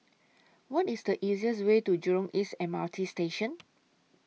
What IS The easiest Way to Jurong East M R T Station